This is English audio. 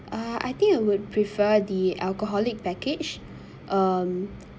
uh I think I would prefer the alcoholic package um